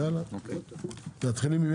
ארבעים הסתייגויות, יש